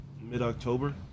mid-October